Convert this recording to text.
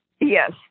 Yes